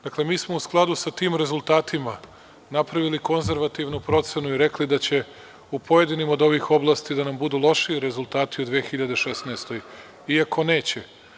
Dakle, mi smo u skladu sa tim rezultatima napravili konzervativnu procenu i rekli da će u pojedinim od ovih oblasti da nam budu lošiji rezultati u 2016. godini, iako neće.